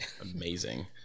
amazing